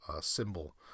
Symbol